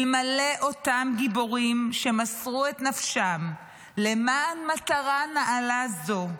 אלמלא אותם גיבורים שמסרו את נפשם למען מטרה נעלה זו,